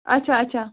اَچھا اَچھا